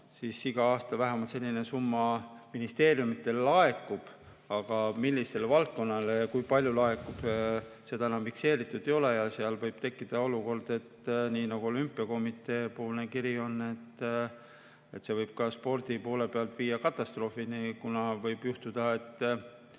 siis iga aasta vähemalt selline summa ministeeriumidele laekub. Aga millisele valdkonnale ja kui palju laekub, seda enam fikseeritud ei ole. Ja võib tekkida olukord, nagu ka olümpiakomitee kirjas märgitud on, et see võib spordi poole pealt viia katastroofini, kuna võib juhtuda, et